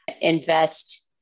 invest